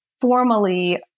formally